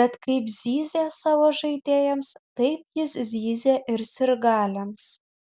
bet kaip zyzė savo žaidėjams taip jis zyzė ir sirgaliams